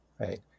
Right